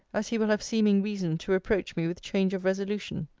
as he will have seeming reason to reproach me with change of resolution.